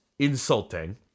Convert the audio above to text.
insulting